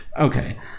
okay